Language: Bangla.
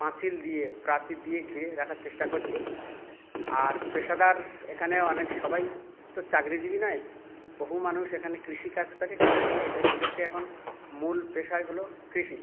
পাঁচিল দিয়ে প্রাচীর দিয়ে ঘিরে রাখার চেষ্টা করছি আর পেশাদার এখানে অনেক সবাই তো চাকরিজীবী নয় বহু মানুষ এখানে কৃষিকাজ করে কৃষি এদেরকে এখন মূল পেশাই হলো কৃষি